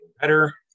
better